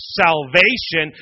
salvation